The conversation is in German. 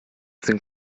sind